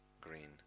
green